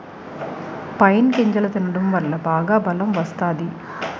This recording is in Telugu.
పైన్ గింజలు తినడం వల్ల బాగా బలం వత్తాది